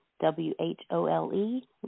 W-H-O-L-E